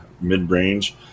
mid-range